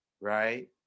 Right